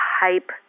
hype